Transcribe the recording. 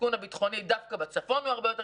הסיכון הביטחוני דווקא בצפון הוא הרבה יותר